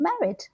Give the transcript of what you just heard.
married